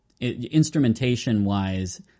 instrumentation-wise